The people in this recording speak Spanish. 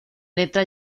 letra